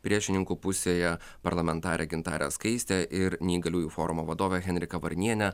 priešininkų pusėje parlamentarė gintarė skaistė ir neįgaliųjų forumo vadovė henrika varnienė